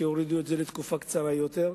הורידו את זה לתקופה קצרה יותר,